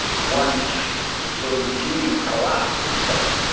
once the soviet union collapsed itself,